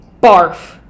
barf